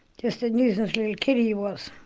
just a nuisance little kid, he was.